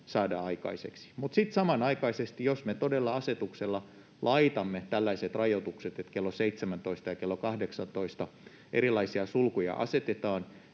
saada aikaiseksi. Mutta sitten samanaikaisesti, jos me todella asetuksella laitamme tällaiset rajoitukset, että kello 17 ja kello 18 erilaisia sulkuja asetetaan,